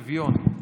אני בעד שוויון.